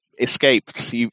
escaped